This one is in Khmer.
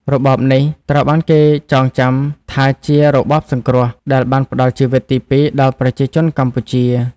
របបនេះត្រូវបានគេចងចាំថាជា "របបសង្គ្រោះ" ដែលបានផ្ដល់ជីវិតទីពីរដល់ប្រជាជនខ្មែរ។